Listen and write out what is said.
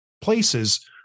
places